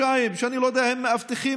שאני לא יודע מה הם מאבטחים,